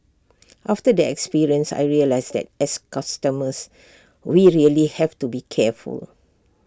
after the experience I realised that as consumers we really have to be careful